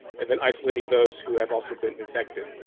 and then isolating those who have also been infected.